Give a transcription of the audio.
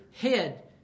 head